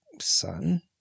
son